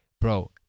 Bro